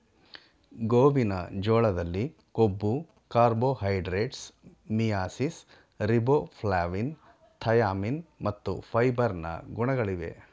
ಗೋವಿನ ಜೋಳದಲ್ಲಿ ಕೊಬ್ಬು, ಕಾರ್ಬೋಹೈಡ್ರೇಟ್ಸ್, ಮಿಯಾಸಿಸ್, ರಿಬೋಫ್ಲಾವಿನ್, ಥಯಾಮಿನ್ ಮತ್ತು ಫೈಬರ್ ನ ಗುಣಗಳಿವೆ